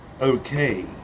okay